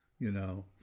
you know,